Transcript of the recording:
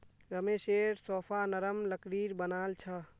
रमेशेर सोफा नरम लकड़ीर बनाल छ